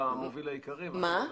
לא,